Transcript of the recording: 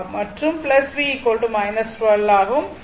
மற்றும் v 12 ஆகும்